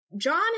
John